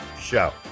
show